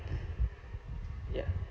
ya